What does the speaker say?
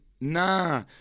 nah